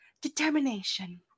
determination